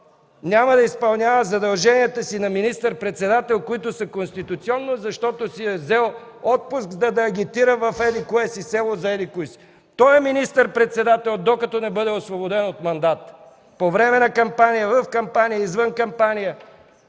няма да изпълнява задълженията си на министър-председател, които са конституционни, защото си е взел отпуск, за да агитира в еди-кое си село, за еди-кои си?! Той е министър-председател, докато не бъде освободен от мандата – по време на кампания, в кампания, извън кампания.